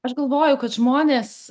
aš galvoju kad žmonės